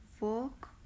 walk